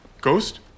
Ghost